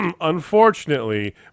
unfortunately